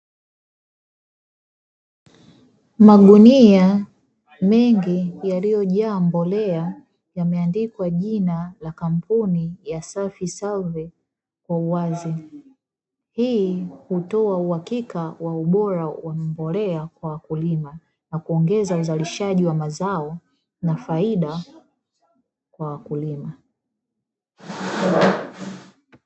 Magunia mengi yaliyojaa mbolea yameandikwa jina la kampuni ya safi salvi kwa uwazi. Hii hutoa uhakika wa ubora wa mbolea kwa wakulima na kuongeza uzalishaji wa mazao na faida kwa wakulima.